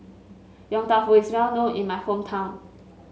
Yong Tau Foo is well known in my hometown